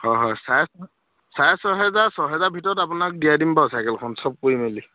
হয় হয় চাৰে চাৰে ছয়হেজাৰ ছয়হেজাৰৰ ভিতৰত আপোনাক দিয়াই দিম বাৰু চাইকেলখন চব কৰি মেলি